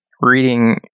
reading